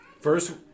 First